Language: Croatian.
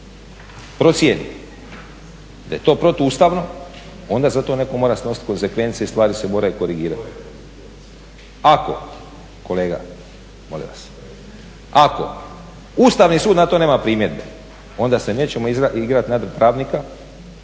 procijeni da je to protuustavno, onda za to netko mora snosit konsekvence i stvari se moraju korigirati. Ako Ustavni sud na to nema primjedbe onda se nećemo igrat pravnika